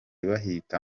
bahita